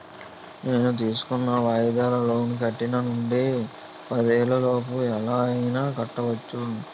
నేను తీసుకున్న వాయిదాల లోన్ ఒకటి నుండి పదేళ్ళ లోపు ఎలా అయినా కట్టుకోవచ్చును